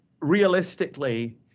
realistically